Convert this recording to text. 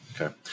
okay